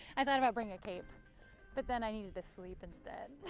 i thought about bringing a cape but then i needed to sleep instead.